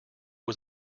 was